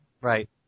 Right